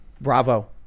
Bravo